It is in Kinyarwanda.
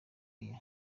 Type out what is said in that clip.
aya